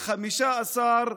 ה-15,